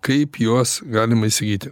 kaip juos galima įsigyti